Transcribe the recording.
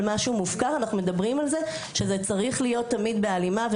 זה צריך להיות תמיד בהלימה,